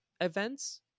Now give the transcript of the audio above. events